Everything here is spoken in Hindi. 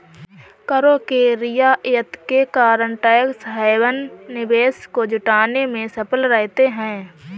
करों के रियायत के कारण टैक्स हैवन निवेश को जुटाने में सफल रहते हैं